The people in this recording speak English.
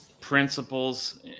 principles